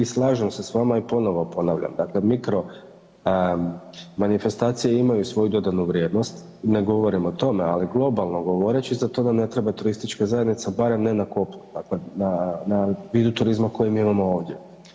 I slažem se s vama i ponovo ponavljam, dakle mikro manifestacije imaju svoju dodanu vrijednost, ne govorim o tome, ali globalno govoreći za to nam ne treba turistička zajednica, barem ne na kopun, dakle na, na vidu turizma koji mi imamo ovdje.